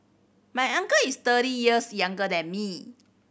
my uncle is thirty years younger than me